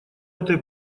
этой